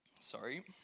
Sorry